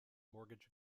mortgage